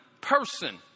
person